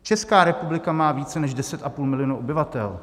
Česká republika má více než 10,5 milionu obyvatel.